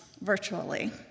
virtually